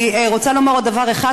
אני רוצה לומר עוד דבר אחד,